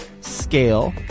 scale